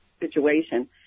situation